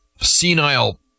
senile